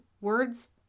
words